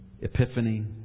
epiphany